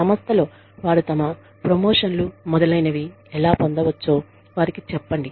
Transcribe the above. సంస్థలో వారు తమ ప్రమోషన్లు మొదలైనవి ఎలా పొందవచ్చో వారికి చెప్పండి